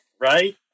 Right